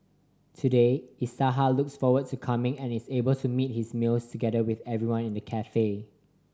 today Isaiah looks forward to coming and is able to meet his meals together with everyone in the cafe